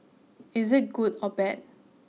is it good or bad